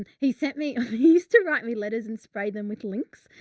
and he sent me, he used to write me letters and sprayed them with lynx.